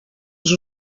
els